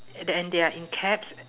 and the and they are in caps